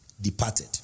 departed